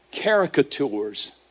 caricatures